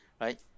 right